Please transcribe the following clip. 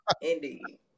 Indeed